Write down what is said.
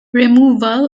removal